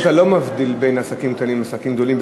בסך הכול אתה לא מבדיל בין עסקים קטנים לעסקים גדולים,